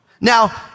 Now